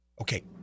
Okay